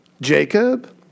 Jacob